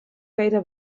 gaire